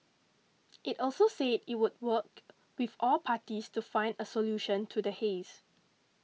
it also said it would work with all parties to find a solution to the haze